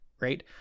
right